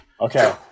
Okay